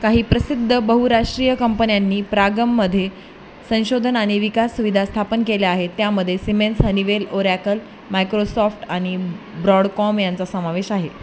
काही प्रसिद्ध बहुराष्ट्रीय कंपन्यांनी प्रागमध्ये संशोधन आणि विकास सुविधा स्थापन केल्या आहेत त्यामध्ये सिमेन्स हनिवेल ओऱ्यॅकल मायक्रोसॉफ्ट आणि ब् ब्रॉडकॉम यांचा समावेश आहे